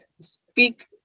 Speak